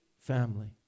family